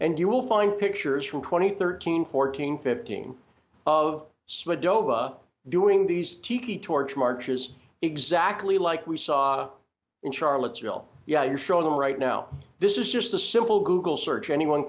and you will find pictures from twenty thirteen fourteen fifteen of sma doba doing these tiki torch marches exactly like we saw in charlottesville yeah you're showing them right now this is just a simple google search anyone